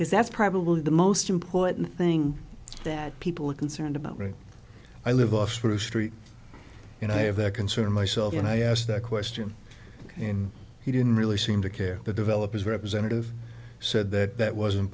because that's probably the most important thing that people are concerned about right i live off for st and i have that concern myself and i asked that question and he didn't really seem to care that developed as representative said that that wasn't